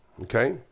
Okay